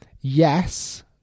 Yes